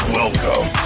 welcome